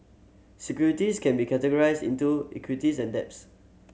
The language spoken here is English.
securities can be categorized into equities and debts